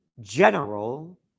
general